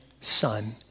Son